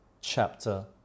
chapter